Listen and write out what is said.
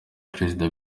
perezida